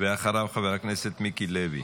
ואחריו, חבר הכנסת מיקי לוי.